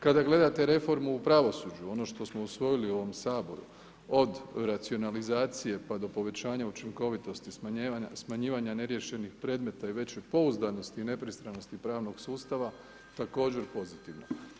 Kada gledate reformu u pravosuđu, ono što smo usvojili u ovom Saboru, od racionalizacije pa do povećanja učinkovitosti, smanjivanja ne riješenih predmeta i veće pouzdanosti i nepristranosti pravnog sustava također pozitivno.